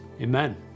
amen